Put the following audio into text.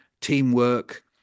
teamwork